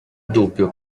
dubbio